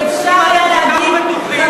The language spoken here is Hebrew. איציק, שאפשר היה להגיד, ממה את מפחדת?